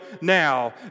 now